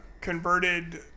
converted